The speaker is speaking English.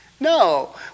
No